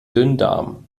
dünndarm